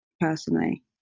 personally